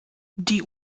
die